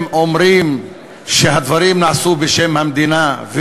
אם אומרים שהדברים נעשו בשם המדינה,